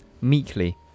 meekly